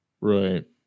Right